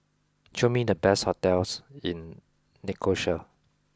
show me the best hotels in Nicosia